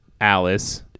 alice